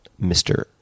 Mr